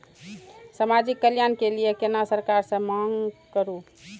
समाजिक कल्याण के लीऐ केना सरकार से मांग करु?